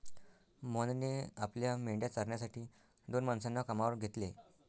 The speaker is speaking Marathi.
मोहनने आपल्या मेंढ्या चारण्यासाठी दोन माणसांना कामावर घेतले